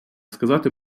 сказати